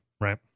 Right